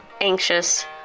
anxious